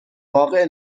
واقع